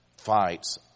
fights